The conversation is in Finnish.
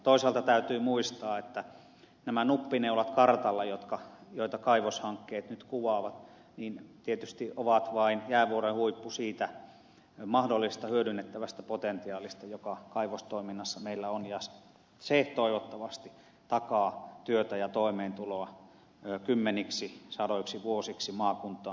toisaalta täytyy muistaa että nämä nuppineulat kartalla joita kaivoshankkeet nyt kuvaavat tietysti ovat vain jäävuoren huippu siitä mahdollisesta hyödynnettävästä potentiaalista joka kaivostoiminnassa meillä on ja se toivottavasti takaa työtä ja toimeentuloa kymmeniksi sadoiksi vuosiksi maakuntaan